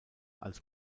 als